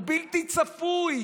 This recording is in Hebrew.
הוא בלתי צפוי?